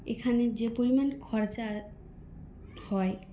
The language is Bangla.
এখানে যে পরিমাণ খরচা হয়